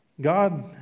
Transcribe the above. God